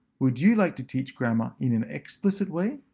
would you like to teach grammar in an explicit way,